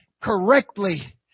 correctly